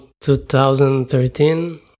2013